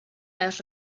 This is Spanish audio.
las